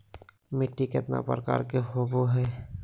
मिट्टी केतना प्रकार के होबो हाय?